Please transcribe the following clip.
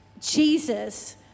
Jesus